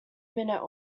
minute